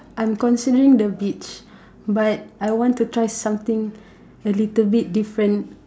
I'm considering the beach but I want to try something a little bit different